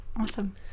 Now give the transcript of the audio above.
awesome